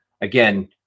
again